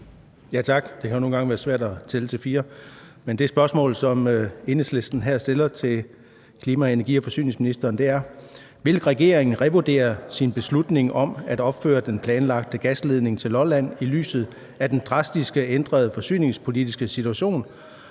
Ja tak. Det kan jo nogle gange være svært at tælle til fire. Det spørgsmål, som Enhedslisten her stiller til klima-, energi- og forsyningsministeren, er: Vil regeringen revurdere sin beslutning om at opføre den planlagte gasledning til Lolland i lyset af den drastisk ændrede forsyningspolitiske situation